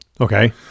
Okay